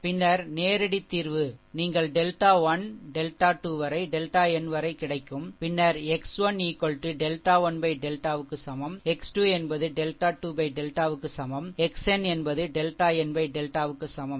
பின்னர் நேரடி தீர்வு நீங்கள் டெல்டா 1 டெல்டா 2 வரை டெல்டா n வரை கிடைக்கும் பின்னர் x 1 டெல்டா 1 டெல்டா க்கு சமம் x 2 டெல்டா 2 டெல்டா சமம் x n டெல்டா n டெல்டாவுக்கு சமம்